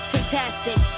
Fantastic